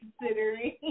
considering